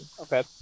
Okay